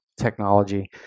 technology